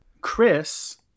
Chris